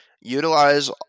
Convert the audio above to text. utilize